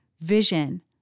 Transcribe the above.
vision